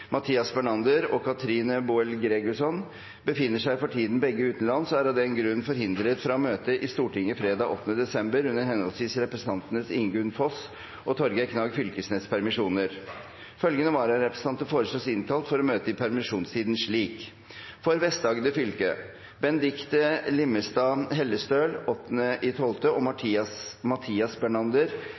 Mathias Bernander og Katrine Boel Gregussen , befinner seg for tiden begge utenlands og er av den grunn forhindret fra å møte i Stortinget fredag 8. desember under henholdsvis representantene Ingunn Foss’ og Torgeir Knag Fylkesnes’ permisjoner. Følgende vararepresentanter foreslås innkalt for å møte i permisjonstiden: For Vest-Agder fylke: Benedichte Limmesand Hellestøl 8. desember og Mathias Bernander